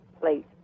place